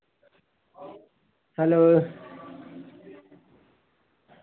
hello